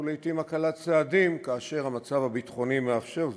ולעתים הקלת צעדים כאשר המצב הביטחוני מאפשר זאת.